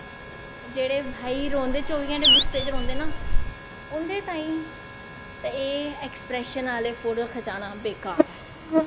जेह्ड़े भाई रौंह्दे चौबी घैंटे गुस्से च रौंह्दे ना उंदे ताईं ते एह् ऐक्सप्रैशन आह्ले फोटो खचाना बेकार ऐ